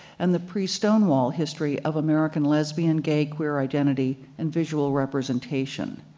and the pre-stonewall history of american lesbian, gay, queer identity, and visual representation.